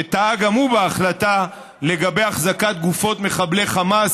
שטעה גם הוא בהחלטה לגבי החזקת גופות מחבלי חמאס